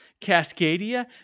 Cascadia